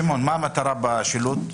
שמעון, מה המטרה בשילוט?